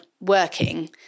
working